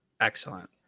Excellent